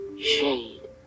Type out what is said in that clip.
shade